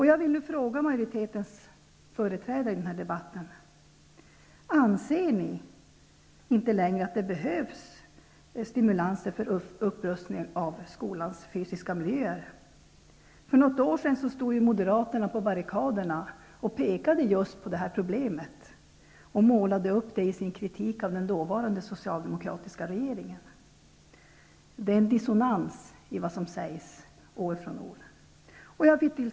Jag vill nu fråga majoritetens företrädare i denna debatt: Anser ni inte längre att det behövs stimulanser för upprustning av skolans fysiska miljöer? För något år sedan stod moderaterna på barrikaderna och pekade på detta problem och målade ut det i sin kritik av den dåvarande socialdemokratiska regeringen. Det är dissonans i vad som sägs från år till år. Fru talman!